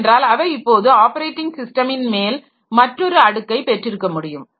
ஏனென்றால் அவை இப்போது ஆப்பரேட்டிங் ஸிஸ்டமின் மேல் மற்றொரு அடுக்கைப் பெற்றிருக்க முடியும்